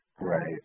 right